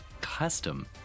custom